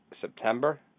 September